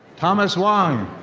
thomas wong.